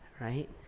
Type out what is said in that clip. right